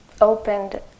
opened